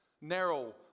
Narrow